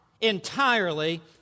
entirely